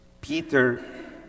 Peter